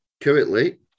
Currently